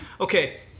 okay